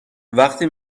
وقتی